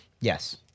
Yes